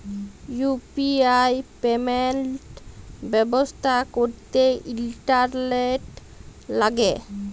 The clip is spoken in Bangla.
ইউ.পি.আই পেমেল্ট ব্যবস্থা ক্যরতে ইলটারলেট ল্যাগে